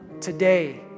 today